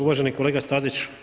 Uvaženi kolega Stazić.